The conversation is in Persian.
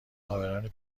عابران